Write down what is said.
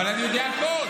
אבל אני יודע הכול.